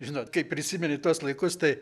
žinot kai prisimeni tuos laikus tai